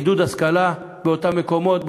עידוד השכלה באותם מקומות,